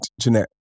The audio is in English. Jeanette